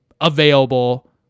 available